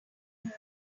moon